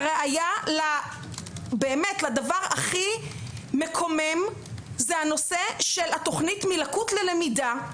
הראייה לדבר והכי מקומם זה הנושא של התוכנית "מלקות ללמידה",